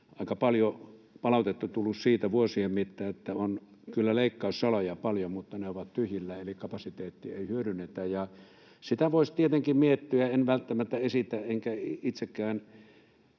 aika paljon palautetta tullut vuosien mittaan siitä, että on kyllä leikkaussaleja paljon, mutta ne ovat tyhjillään eli kapasiteettia ei hyödynnetä. Sitä voisi tietenkin miettiä. En välttämättä esitä enkä itsekään